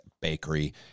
Bakery